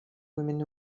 women